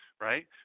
right